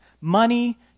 money